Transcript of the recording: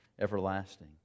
everlasting